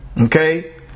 okay